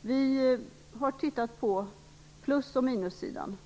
Vi har tittat på både plus och minussidan.